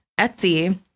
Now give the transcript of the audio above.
Etsy